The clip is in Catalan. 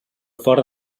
fora